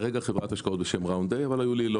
כרגע חברת השקעות בשם ראונדה אבל היו לי לא